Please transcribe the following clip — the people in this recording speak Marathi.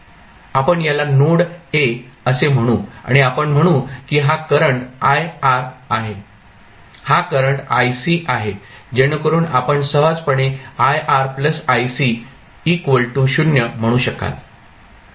आपण याला नोड a असे म्हणू आणि आपण म्हणू की हा करंट आहे हा करंट आहे जेणेकरून आपण सहजपणे म्हणू शकाल